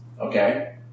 okay